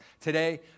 today